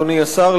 אדוני השר,